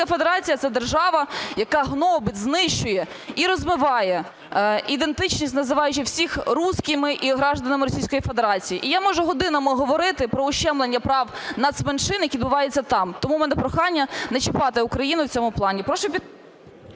Російська Федерація – це держава, яка гнобить, знищує і розбиває ідентичність, називаючи всіх русскими і гражданами Російської Федерації. І я можу годинами говорити про ущемлення прав нацменшин, які відбуваються там, тому в мене прохання не чіпати Україну в цьому плані.